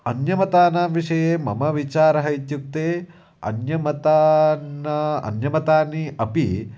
अन्यमतानां विषये मम विचारः इत्युक्ते अन्यमतान् अन्यमतानि अपि